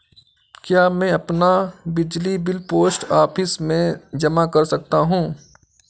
क्या मैं अपना बिजली बिल पोस्ट ऑफिस में जमा कर सकता हूँ?